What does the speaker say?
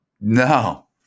No